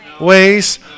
Ways